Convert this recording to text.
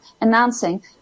announcing